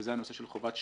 וזה הנושא של חובת שקילה.